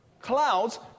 clouds